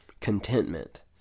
contentment